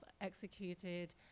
executed